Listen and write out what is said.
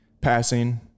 passing